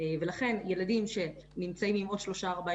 ולכן ילדים שנמצאים עם עוד שלושה-ארבעה